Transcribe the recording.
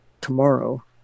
tomorrow